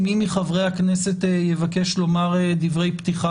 אם מי מחברי הכנסת יבקש לומר דברי פתיחה